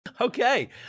Okay